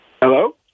Hello